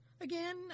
Again